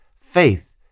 faith